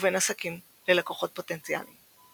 ובין עסקים ללקוחות פוטנציאליים.